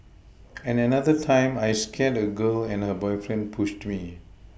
and another time I scared a girl and her boyfriend pushed me